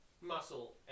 muscle